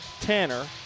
Tanner